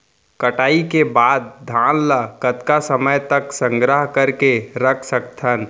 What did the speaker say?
कटाई के बाद धान ला कतका समय तक संग्रह करके रख सकथन?